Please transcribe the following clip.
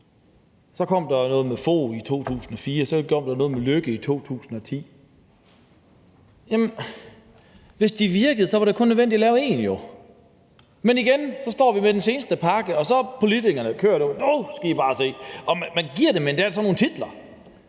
så kom der noget med Lars Løkke Rasmussen i 2010. Hvis de virkede, var det jo kun nødvendigt at lave én. Men igen står vi med den seneste pakke og med politikerne, der siger, at nu skal I bare se. Man giver dem endda sådan nogle titler: